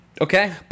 Okay